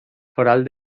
foral